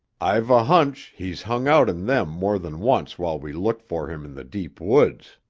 i've a hunch he's hung out in them more than once while we looked for him in the deep woods.